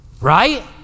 Right